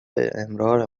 امرار